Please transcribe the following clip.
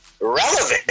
relevant